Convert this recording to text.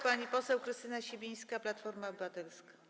Pani poseł Krystyna Sibińska, Platforma Obywatelska.